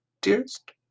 dearest